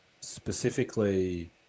specifically